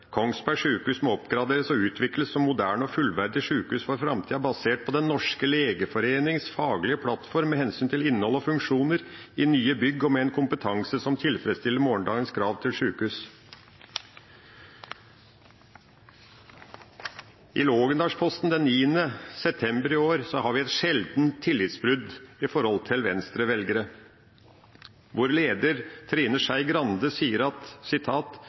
Kongsberg sjukehus «må oppgraderes og utvikles som moderne og fullverdige sjukehus for framtiden, basert på Den norske legeforenings faglige plattform med hensyn til innhold og funksjoner, i nye bygg og med en kompetanse som tilfredsstiller morgendagens krav til sjukehus.» I Laagendalsposten den 9. september har vi et sjeldent tillitsbrudd i forhold til Venstre-velgere, hvor leder Trine Skei Grande sier: